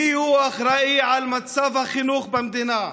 מיהו האחראי למצב החינוך במדינה?